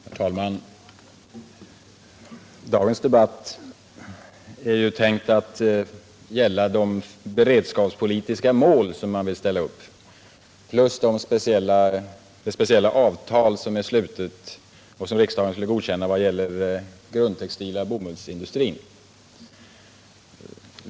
Herr talman! Dagens debatt är ju tänkt att gälla de beredskapspolitiska mål, som man vill ställa upp, plus det speciella avtal som är slutet och som riksdagen skulle godkänna vad gäller den grundtextila bomullsindustrin.